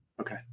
okay